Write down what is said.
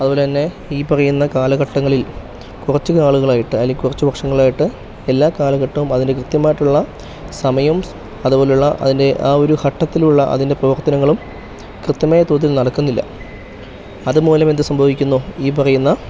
അതുപോലെ തന്നെ ഈ പറയുന്ന കാലഘട്ടങ്ങളിൽ കുറച്ച് നാളുകളായിട്ട് അല്ലെങ്കിൽ കുറച്ച് വർഷങ്ങളായിട്ട് എല്ലാ കാലഘട്ടവും അതിൻ്റെ കൃത്യമായിട്ടുള്ള സമയം അതുപോലുള്ള അതിൻ്റെ ആ ഒരു ഘട്ടത്തിലുള്ള അതിൻ്റെ പ്രവർത്തനങ്ങളും കൃത്യമായ തോതിൽ നടക്കുന്നില്ല അതു മൂലം എന്ത് സംഭവിക്കുന്നു ഈ പറയുന്ന